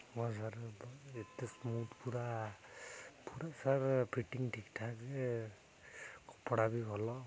ହଁ ସାର୍ ଏତେ ସ୍ମୁଥ୍ ପୁରା ପୁରା ସାର୍ ଫିଟିଙ୍ଗ ଠିକ୍ଠାକ୍ କପଡ଼ା ବି ଭଲ